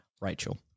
Rachel